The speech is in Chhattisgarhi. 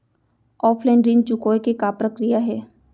ऑफलाइन ऋण चुकोय के का प्रक्रिया हे?